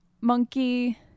monkey